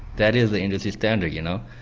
that is the industry standard, you know